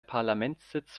parlamentssitz